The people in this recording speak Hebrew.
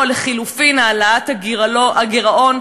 או לחלופין העלאת הגירעון,